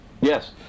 yes